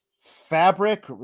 fabric